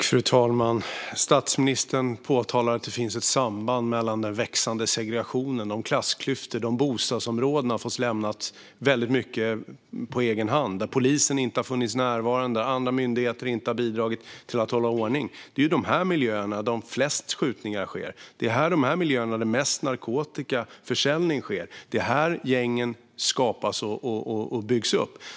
Fru talman! Statsministern påpekade att det finns ett samband mellan den växande segregationen, klassklyftorna och de bostadsområden som har lämnats väldigt mycket på egen hand, där polisen inte har funnits närvarande och andra myndigheter inte har bidragit till att hålla ordning. Det är i dessa miljöer som de flesta skjutningar sker, det är i dessa miljöer som mest narkotikaförsäljning sker och det är här som gängen skapas och byggs upp.